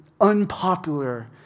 unpopular